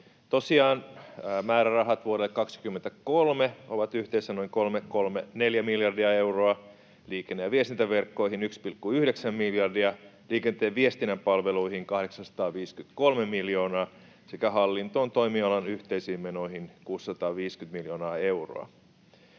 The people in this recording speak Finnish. Tosiaan määrärahat vuodelle 23 ovat yhteensä noin 334 miljardia euroa, liikenne‑ ja viestintäverkkoihin 1,9 miljardia, liikenteen ja viestinnän palveluihin 853 miljoonaa sekä hallintoon, toimialan yhteisiin menoihin 650 miljoonaa euroa.